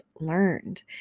learned